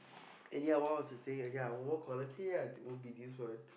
and ya what was I say saying !aiya! over quality ah will be this one